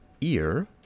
ear